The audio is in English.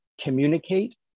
communicate